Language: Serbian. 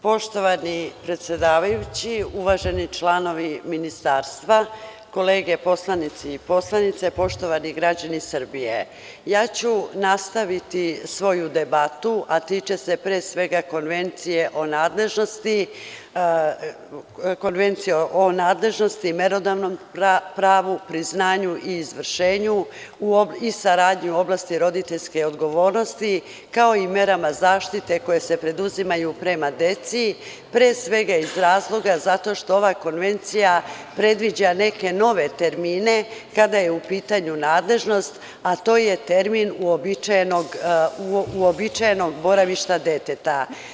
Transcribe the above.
Poštovani predsedavajući, uvaženi članovi ministarstva, kolege poslanici i poslanice, poštovani građani Srbije, ja ću nastaviti svoju debatu koja se tiče, pre svega, Konvencije o nadležnosti, merodavnom pravu, priznanju i izvršenju i saradnji u oblasti roditeljske odgovornosti, kao i merama zaštite koje se preduzimaju prema deci, pre svega iz razloga što ova Konvencija predviđa neke nove termine kada je u pitanju nadležnost, a to je termin „uobičajenog boravišta deteta“